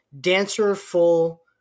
dancer-full